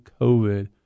COVID